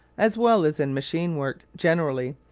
as well as in machine work generally,